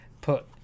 put